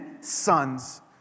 sons